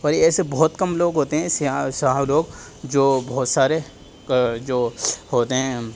اور یہ ایسے بہت کم لوگ ہوتے ہیں سیاح لوگ جو بہت سارے جو ہوتے ہیں